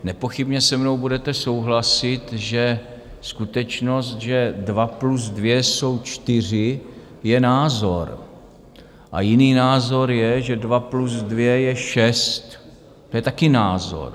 Nepochybně se mnou budete souhlasit, že skutečnost, že dva plus dva jsou čtyři, je názor a jiný názor je, že dva plus dva je šest, to je taky názor.